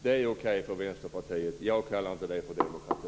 Det är okej för Vänsterpartiet. Jag kallar inte det för demokrati.